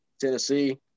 tennessee